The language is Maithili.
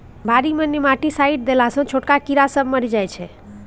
बारी मे नेमाटीसाइडस देला सँ छोटका कीड़ा सब मरि जाइ छै